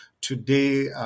Today